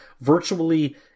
virtually